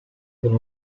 con